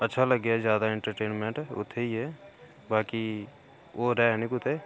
अच्छा लग्गेआ जादै एंटरटेनमेंट उ'त्थें जाइयै बाकि होर ऐ निं कुदै